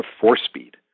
four-speed